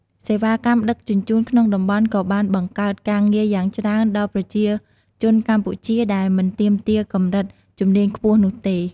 សេវាកម្មដឹកជញ្ជូនក្នុងតំបន់ក៏បានបង្កើតការងារយ៉ាងច្រើនដល់ប្រជាជនកម្ពុជា ដែលមិនទាមទារកម្រិតជំនាញខ្ពស់នោះទេ។